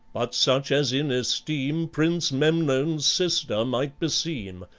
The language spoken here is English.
but such as in esteem prince memnon's sister might beseem,